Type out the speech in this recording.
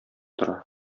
тора